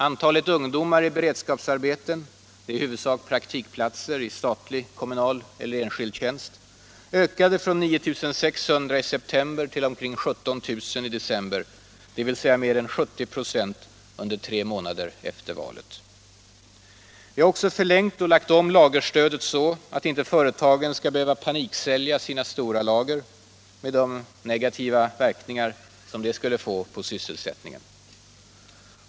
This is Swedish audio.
Antalet ungdomar i beredskapsarbete — i huvudsak praktikplatser i statlig, kommunal eller enskild tjänst — ökade från 9 600 i september till omkring 17 000 i december, dvs. med mer än 70 96 under tre månader efter valet. Vi har också förlängt och lagt om lagerstödet så att inte företagen skall behöva paniksälja sina stora lager, med de negativa verkningar det skulle få på sysselsättningen.